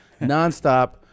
nonstop